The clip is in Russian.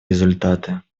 результаты